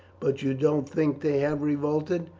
but you don't think they have revolted?